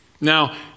Now